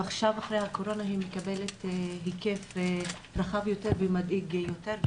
ועכשיו אחרי הקורונה היא מקבלת היקף רחב יותר ומדאיג יותר,